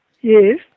Yes